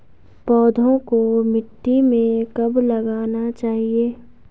पौधों को मिट्टी में कब लगाना चाहिए?